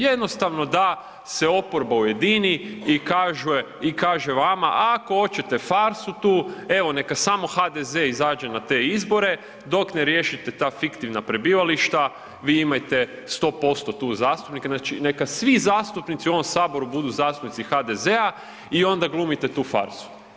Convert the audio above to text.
Jednostavno da se oporba ujedini i kaže vama, ako hoćete farsu tu evo neka samo HDZ izađe na te izbore dok ne riješite ta fiktivna prebivališta vi imajte 100% tu zastupnike, znači neka svi zastupnici u ovom saboru budu zastupnici HDZ-a i onda glumite tu farsu.